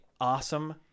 awesome